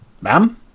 Ma'am